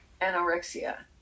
anorexia